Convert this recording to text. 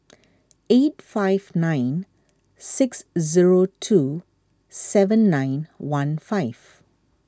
eight five nine six zero two seven nine one five